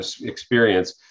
experience